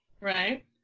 right